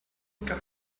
got